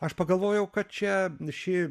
aš pagalvojau kad čia ši